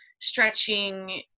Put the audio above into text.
stretching